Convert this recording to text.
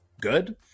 good